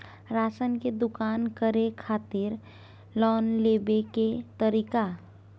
Ration के दुकान करै खातिर लोन लेबै के तरीका?